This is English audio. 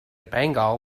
bengal